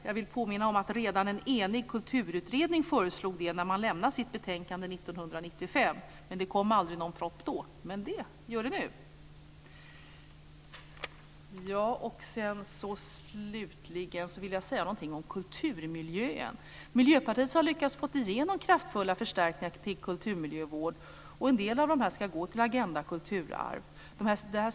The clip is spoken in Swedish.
Jag vill dock påminna om att redan en enig kulturutredning föreslog detta när man lämnade sitt betänkande 1995. Det kom aldrig någon propp då, men det gör det nu. Slutligen vill jag säga någonting om kulturmiljön. Miljöpartiet har lyckats få igenom kraftfulla förstärkningar till kulturmiljövård. En del av dessa ska gå till Agenda kulturarv.